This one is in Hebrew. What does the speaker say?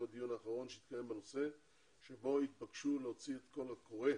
הדיון האחרון שהתקיים בנושא שבו התבקשו להוציא קול קורא